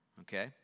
okay